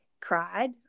cried